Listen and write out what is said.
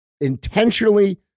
intentionally